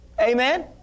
Amen